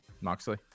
Moxley